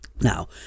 Now